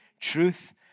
truth